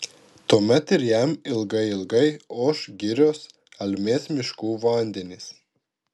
tuomet ir jam ilgai ilgai oš girios almės miškų vandenys